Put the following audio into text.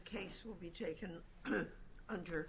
case will be taken under